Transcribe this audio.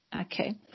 Okay